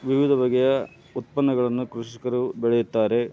ವಿವಿಧ ಬಗೆಯ ಉತ್ಪನ್ನಗಳನ್ನು ಕೃಷಿಕರು ಬೆಳೆಯುತ್ತಾರೆ